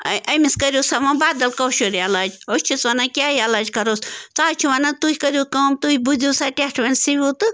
A أمِس کٔرِو سا وَ بَدَل کٲشُر علاج أسۍ چھِس وَنان کیٛاہ علاج کَروس سُہ حظ چھِ وَنان تُہۍ کٔرِو کٲم تُہۍ بُزِو سا ٹٮ۪ٹھوَن سِیِو تہٕ